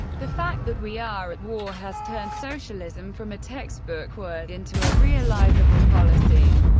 the fact that we are at war has turned socialism from a textbook word into a realisable policy,